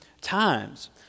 times